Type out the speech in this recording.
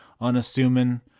unassuming